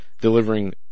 delivering